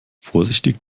vorsichtig